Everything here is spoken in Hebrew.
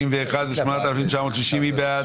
7,641 עד 7,660, מי בעד?